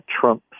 Trump